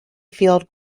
field